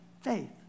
faith